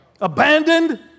Abandoned